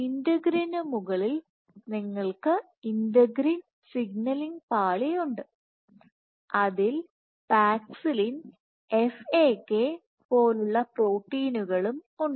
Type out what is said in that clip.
ഇന്റഗ്രിനു മുകളിൽ നിങ്ങൾക്ക് integrin signalling പാളി ഉണ്ട് അതിൽ പാക്സിലിൻ F A K പോലുള്ള പ്രോട്ടീനുകൾ ഉണ്ട്